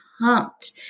pumped